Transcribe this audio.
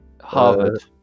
Harvard